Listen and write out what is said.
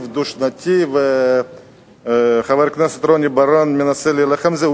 דו-שנתי וחבר הכנסת רוני בר-און מנסה להילחם בזה,